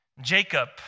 Jacob